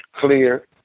clear